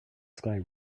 sky